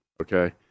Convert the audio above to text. Okay